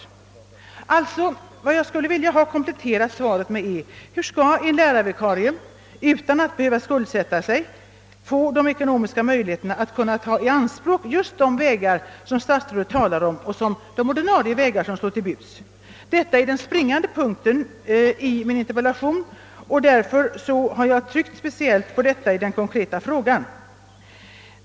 Jag skulle också vilja ha statsrådets svar kompletterat med upplysning om hur en lärarvikarie, utan att behöva skuldsätta sig, skall få de ekonomiska möjligheterna att kunna ta i anspråk just de vägar som statsrådet talar om. Detta är den springande punkten i min interpellation, och därför har jag tryckt speciellt på detta i den konkreta frågan.